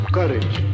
courage